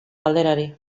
galderari